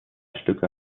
stücke